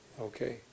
okay